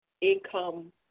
income